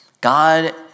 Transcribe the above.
God